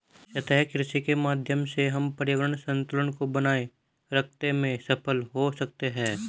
सतत कृषि के माध्यम से हम पर्यावरण संतुलन को बनाए रखते में सफल हो सकते हैं